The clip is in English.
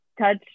touch